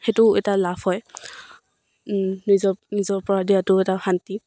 সেইটো এটা লাভ হয় নিজৰ নিজৰ পৰা দিয়াটো এটা শান্তি